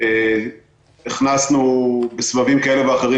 הכנסנו בסבבים כאלה ואחרים,